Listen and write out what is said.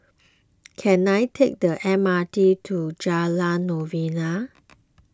can I take the M R T to Jalan Novena